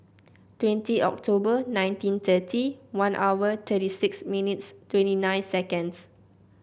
twenty October nineteen thirty one hour thirty six minutes twenty nine seconds